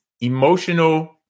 emotional